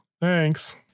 Thanks